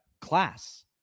class